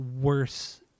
worse